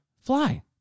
fly